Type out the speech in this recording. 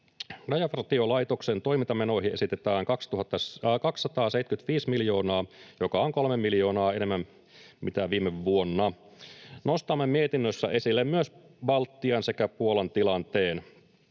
Rajavartiolaitoksen toimintamenoihin esitetään 275 miljoonaa, joka on 3 miljoonaa enemmän, mitä viime vuonna. Nostamme mietinnössä esille myös Baltian sekä Puolan tilanteen.